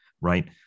right